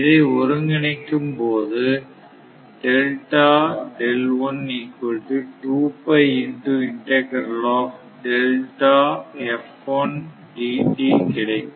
இதை ஒருங்கிணைக்கும் போது கிடைக்கும்